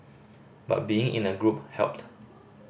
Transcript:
but being in a group helped